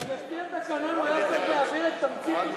אבל לפי התקנון הוא היה צריך להעביר את תמצית הודעתו.